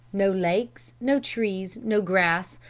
no lakes, no trees, no grass,